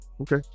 Okay